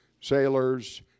sailors